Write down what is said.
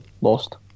Lost